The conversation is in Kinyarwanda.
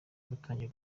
batangiye